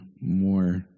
more